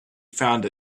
found